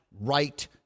right